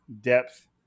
depth